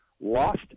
lost